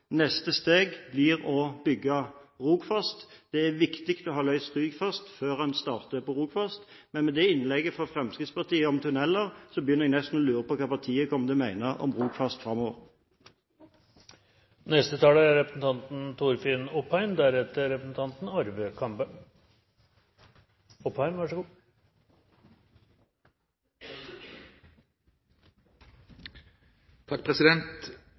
Neste steg blir å bygge Rogfast. Det er viktig å ha løst dette med Ryfast først før man starter med Rogfast. Med det siste innlegget fra Fremskrittspartiet om tunneler, begynner jeg å lure på hva partiet kommer til å mene om Rogfast. Ryfast er